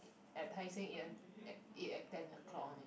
at tai-seng ea~ eh eat at ten o'clock one leh